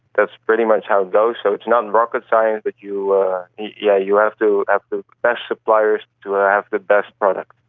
that's pretty much how it goes, so it's not rocket science, but you yeah you have to have the best suppliers to have the best product.